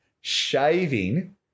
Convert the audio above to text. shaving